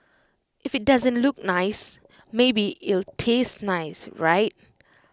if IT doesn't look nice maybe it'll taste nice right